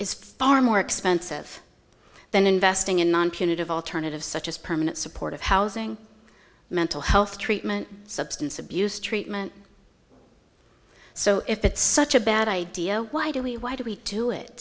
is far more expensive than investing in non punitive alternatives such as permanent supportive housing mental health treatment substance abuse treatment so if it's such a bad idea why do we why do we do it